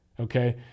Okay